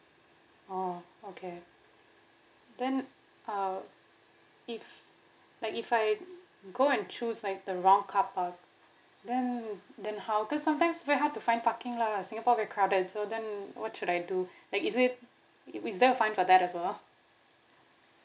oh okay then uh if like if I go and choose like the wrong carp~ uh then then how cause sometimes very hard to find parking lah singapore very crowded so then what should I do like is it is there a fine for that as well